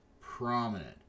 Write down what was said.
prominent